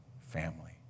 family